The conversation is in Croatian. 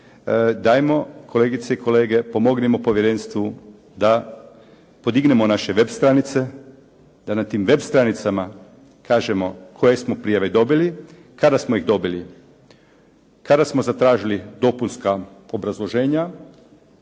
dajmo, kolegice i kolege, pomognimo povjerenstvu da podignemo naše web stranice, da na tim web stranicama kažemo koje smo prijave dobili, kada smo ih dobili, kada smo zatražili dopunska obrazloženja,